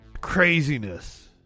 Craziness